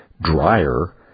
drier